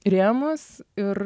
rėmus ir